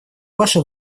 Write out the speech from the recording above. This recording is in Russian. ваше